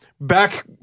back